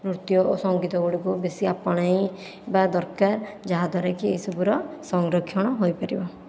ନୃତ୍ୟ ଓ ସଂଗୀତ ଗୁଡ଼ିକୁ ବେଶି ଆପଣାଇବା ଦରକାର ଯାହାଦ୍ଵାରାକି ଏସବୁର ସଂରକ୍ଷଣ ହୋଇପାରିବ